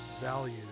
Value